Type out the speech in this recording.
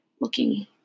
looking